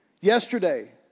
Yesterday